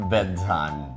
Bedtime